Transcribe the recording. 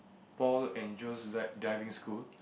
Paul and Jones dive Diving School